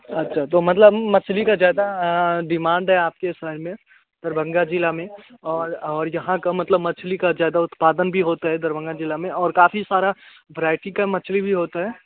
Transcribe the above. अच्छा अच्छा तो मतलब मछली का ज़्यादा डिमांड है आपके शहर में दरभंगा ज़िले में और और यहाँ की मतलब मछली का ज़्यादा उत्पादन भी होता है दरभंगा ज़िले में और काफ़ी सारी वैरायटी की मछली भी होती है